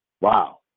Wow